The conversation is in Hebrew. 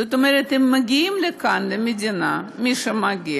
זאת אומרת, הם מגיעים לכאן, למדינה, מי שמגיע,